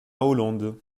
hollande